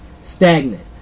stagnant